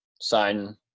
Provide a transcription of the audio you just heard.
sign